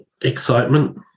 excitement